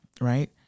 right